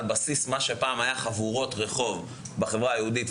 על בסיס מה שפעם היה חבורות רחוב בחברה היהודית,